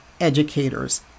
educators